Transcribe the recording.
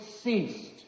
ceased